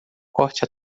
corte